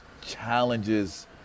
challenges